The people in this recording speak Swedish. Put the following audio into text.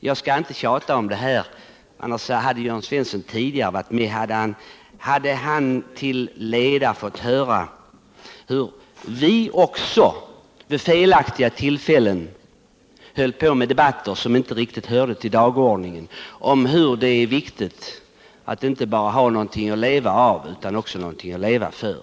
Jag skall inte tjata om det här, men hade Jörn Svensson varit med tidigare så hade han fått höra hur vi också vid ett flertal tillfällen höll på med debatter, som inte riktigt hörde till dagordningen, om hur viktigt det är att inte bara ha någonting att leva av utan också någonting att leva för.